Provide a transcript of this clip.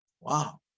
Wow